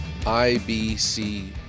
IBC